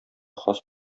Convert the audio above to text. хас